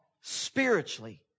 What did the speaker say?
spiritually